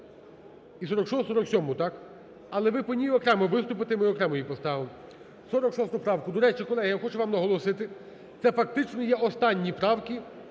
і 47-у, так? Але ви по ній окремо виступите, і ми окремо її поставимо, 46 правку. До речі, колеги, я хочу вам наголосити, це фактично є останні правки,